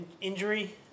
injury